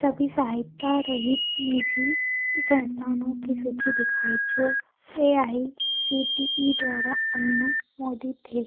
सभी सहायता रहित निजी संस्थानों की सूची दिखाएँ जो A I C T E द्वारा अनुमोदित हैं